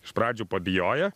iš pradžių pabijoja